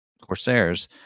Corsairs